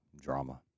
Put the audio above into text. drama